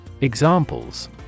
Examples